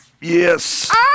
yes